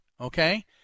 Okay